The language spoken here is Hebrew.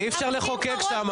אופיר, אולי תקימו שתי ועדות חוקה,